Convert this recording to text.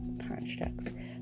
constructs